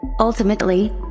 Ultimately